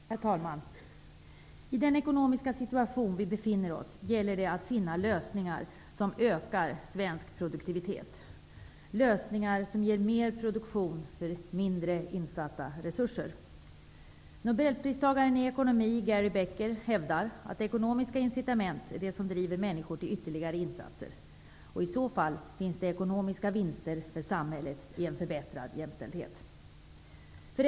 Herr talman! I den ekonomiska situation som vi befinner oss i gäller det att finna lösningar som ökar svensk produktivitet, lösningar som ger mer produktion med mindre resurser insatta. Nobelpristagaren i ekonomi, Gary S Becker, hävdar att ekonomiska incitament är det som driver människor till ytterligare insatser. Med en förbättrad jämställdhet finns det i så fall ekonomiska vinster att göra i samhället.